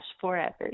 forever